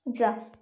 जा